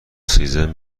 سیزن